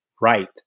right